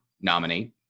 nominate